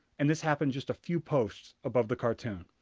and this happened just a few posts above the cartoon!